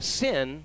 sin